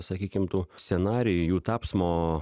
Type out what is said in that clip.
sakykim tų scenarij jų tapsmo